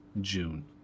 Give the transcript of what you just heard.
June